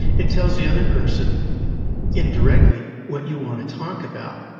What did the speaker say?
it tells the other person indirectly, what you want to talk about.